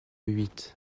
huit